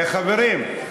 חברים,